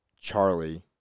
Charlie